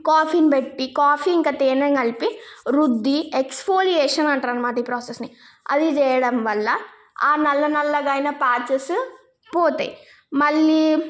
కాఫీని పెట్టి కాఫీ ఇంకా తేనేను కలిపి రుద్ది ఎక్స్ఫోలియేషన్ అంటారు అన్నమాట ఈ ప్రాసెస్ని అది చేయడం వల్ల ఆ నల్ల నల్లగా అయిన ప్యాచెస్ పోతాయి మళ్ళీ